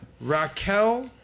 Raquel